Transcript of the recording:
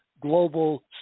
global